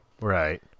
Right